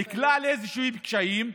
שנקלע לאיזשהם קשיים,